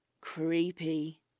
Creepy